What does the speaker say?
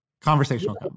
conversational